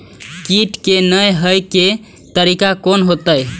कीट के ने हे के तरीका कोन होते?